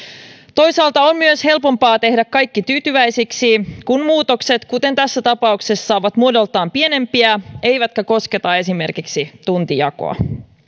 toisaalta on myös helpompaa tehdä kaikki tyytyväisiksi kun muutokset kuten tässä tapauksessa ovat muodoltaan pienempiä eivätkä kosketa esimerkiksi tuntijakoa